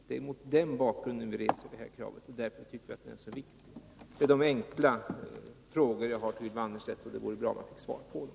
Det är mot den bakgrunden vi reser detta krav, och det är därför vi tycker att den här frågan är så viktig. Det var de enkla frågor jag hade att ställa till Ylva Annerstedt, och det vore bra om hon ville svara på dem.